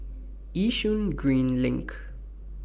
Yishun Green LINK